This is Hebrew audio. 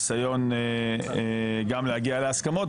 בניסיון גם להגיע להסכמות.